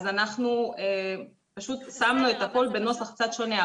אז אנחנו פשוט שמנו את הכל בנוסח קצת שונה.